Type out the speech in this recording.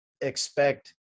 expect